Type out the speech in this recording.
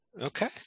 Okay